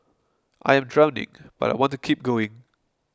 I am drowning but I want to keep going